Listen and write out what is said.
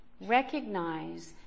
recognize